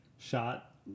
Shot